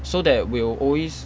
so that will always